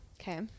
Okay